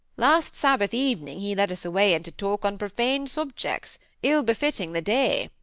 last sabbath evening he led us away into talk on profane subjects ill befitting the day